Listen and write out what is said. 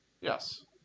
Yes